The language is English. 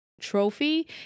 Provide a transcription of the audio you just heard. trophy